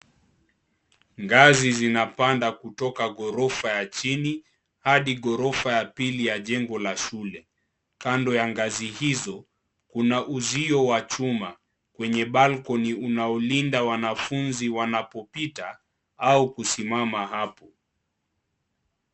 Ngazi zinapanda kutoka gorofa ya chini hadi gorofa ya pili ya jengo la shule. Kando ya ngazi hizo kuna uzio wa chuma kwenye balcony unaolinda wanafunzi wanapopita au kusimama hapo.